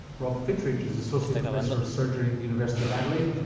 rob fitridge is associate professor of surgery at the university of adelaide,